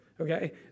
okay